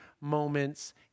moments